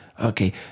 Okay